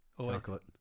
Chocolate